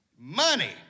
money